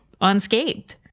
unscathed